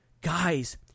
guys